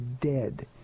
dead